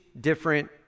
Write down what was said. different